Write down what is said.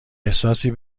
احساسی